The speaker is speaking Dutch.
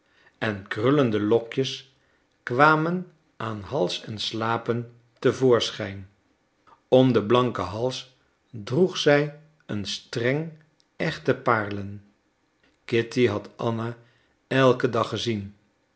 en krullende lokjes kwamen aan hals en slapen te voorschijn om den blanken hals droeg zij een streng echte paarlen kitty had anna elken dag gezien